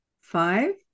five